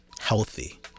healthy